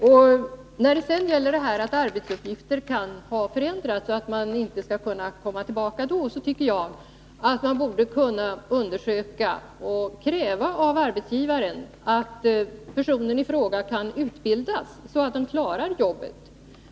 Vad beträffar det förhållandet att arbetsuppgifter kan ha förändrats och att en person av det skälet inte skall kunna komma tillbaka, tycker jag att man bör kunna kräva av arbetsgivaren att personen i fråga får utbildas, så att vederbörande klarar jobbet.